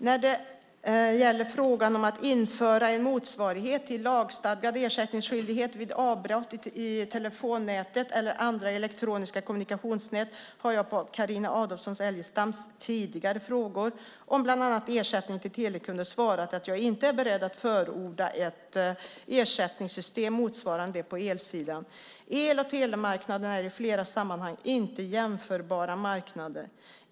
När det gäller frågan om att införa en motsvarighet till lagstadgad ersättningsskyldighet vid avbrott i telefonnätet eller andra elektroniska kommunikationsnät har jag på Carina Adolfsson Elgestams tidigare frågor om bland annat ersättning till telekunder svarat att jag inte är beredd att förorda ett ersättningssystem motsvarande det på elsidan. El och telemarknaderna är i flera sammanhang inte jämförbara marknader.